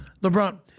LeBron